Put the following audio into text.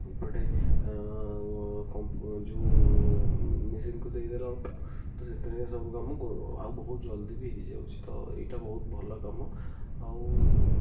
ଏପଟେ ତ ଯେଉଁ ମେସିନ୍କୁ ଦେଇ ଦେଲେ ଅଳ୍ପ ତ ସେଥିରେ ହିଁ ସବୁ କାମ ଆଉ ବହୁତ ଜଲ୍ଦି ବି ହୋଇଯାଉଛି ତ ଏଇଟା ବହୁତ ଭଲ କାମ ଆଉ